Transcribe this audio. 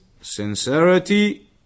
sincerity